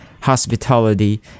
hospitality